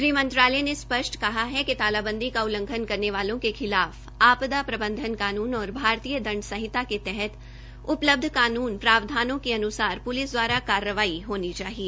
गृह मंत्रालय ने स्पष्ट किया किया है कि तालाबंदी का उल्लंघन करने वालों के खिलाफ आपदा प्रबंधन कानून और भारतीय दंड संहिता के तहत उपलब्ध कानूनी प्रावधानों के अनुसार पुलिस की ओर से कार्रवाई होनी चाहिए